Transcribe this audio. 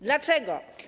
Dlaczego?